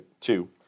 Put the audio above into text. Two